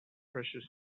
precious